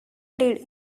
did